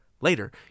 Later